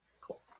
Cool